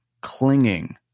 clinging